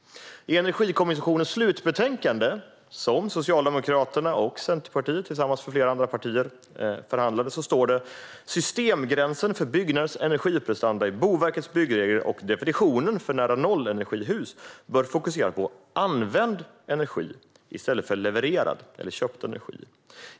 I Energikommissionens slutbetänkande, som Socialdemokraterna och Centerpartiet tillsammans med flera andra partier förhandlade fram, står det att systemgränsen för byggnaders energiprestanda, Boverkets byggregler och definitionen för nära-nollenergihus bör fokusera på använd energi i stället för levererad eller köpt energi.